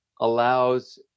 allows